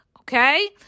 Okay